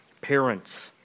Parents